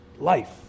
Life